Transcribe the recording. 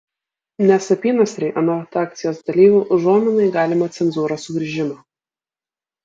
nes apynasriai anot akcijos dalyvių užuomina į galimą cenzūros sugrįžimą